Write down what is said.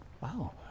Wow